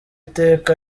iteka